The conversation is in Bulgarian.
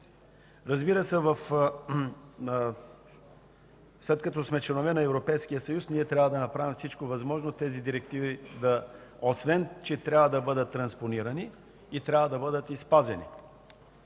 Разбира се, след като сме членове на Европейския съюз, ние трябва да направим всичко възможно тези директиви – освен че трябва да бъдат транспонирани, те трябва да бъдат и спазени.